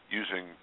using